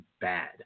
bad